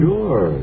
Sure